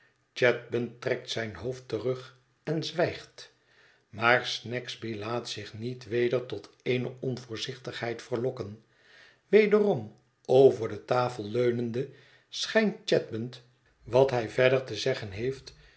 chadband trekt zijn hoofd terug en zwijgt maar snagsby laat zich niet weder tot eene onvoorzichtigheid verlokken wederom over de tafel leunende schijnt chadband wat hij verder te zeggen heeft